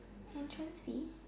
entrance